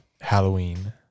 Halloween